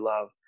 love